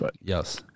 yes